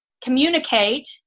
communicate